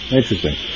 interesting